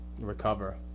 recover